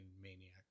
maniac